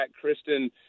Kristen